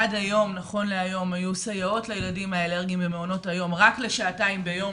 עד היום היו סייעות לילדים האלרגיים במעונות היום רק לשעתיים ביום,